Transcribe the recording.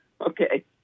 okay